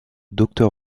docteur